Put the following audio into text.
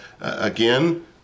again